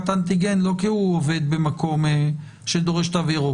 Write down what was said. אנטיגן לא כי הוא עובד במקום שדורש תו ירוק,